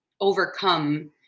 overcome